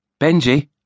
Benji